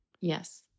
Yes